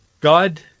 God